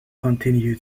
continue